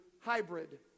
hybrid